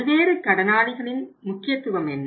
பல்வேறு கடனாளிகளின் முக்கியத்துவம் என்ன